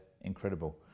incredible